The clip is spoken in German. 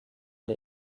der